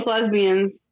lesbians